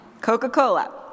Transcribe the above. Coca-Cola